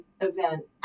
event